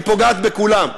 היא פוגעת בכולם.